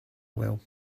will